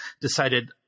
decided